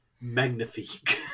magnifique